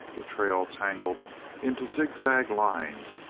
the trail tangled into zigzag lines,